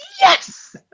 Yes